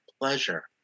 pleasure